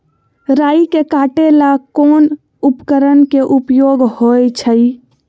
राई के काटे ला कोंन उपकरण के उपयोग होइ छई?